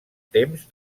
temps